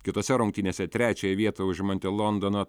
kitose rungtynėse trečiąją vietą užimanti londono